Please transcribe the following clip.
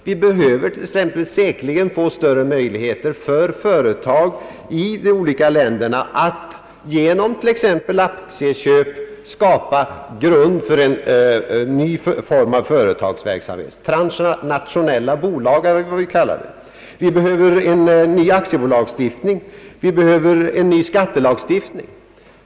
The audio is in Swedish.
Vi behöver säkerligen få större möjligheter för företag i de olika länderna att genom t.ex. aktiebyte skapa grunden för en ny form av företagsverksamhet, transnationella bolag eller vad vi kan kalla dem. Vi behöver en ny aktiebolagslagstiftning och en ny skattelagstiftning.